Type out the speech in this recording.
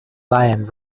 lion